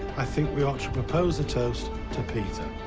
i think we ought to propose a toast to peter.